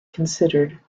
considered